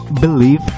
Believe